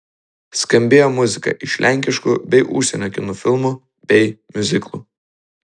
skambėjo muzika iš lenkiškų bei užsienio kino filmų bei miuziklų